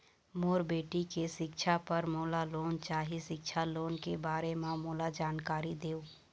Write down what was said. मोर बेटी के सिक्छा पर मोला लोन चाही सिक्छा लोन के बारे म मोला जानकारी देव?